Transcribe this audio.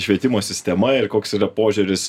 švietimo sistema ir koks yra požiūris